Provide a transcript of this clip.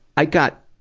i got,